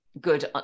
good